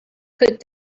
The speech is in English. put